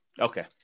Okay